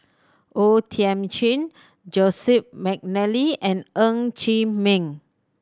O Thiam Chin Joseph McNally and Ng Chee Meng